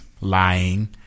lying